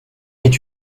est